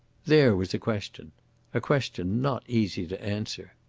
there was a question a question not easy to answer.